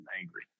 angry